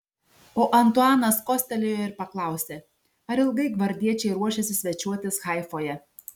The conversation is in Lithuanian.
o antuanas kostelėjo ir paklausė ar ilgai gvardiečiai ruošiasi svečiuotis haifoje